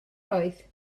oedd